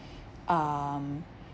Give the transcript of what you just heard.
um